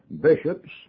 bishops